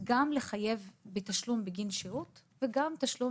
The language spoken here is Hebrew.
גם לחייב בתשלום בגין שירות וגם תשלום